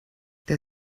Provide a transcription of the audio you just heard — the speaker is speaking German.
der